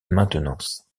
maintenance